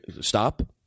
stop